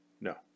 No